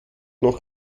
noch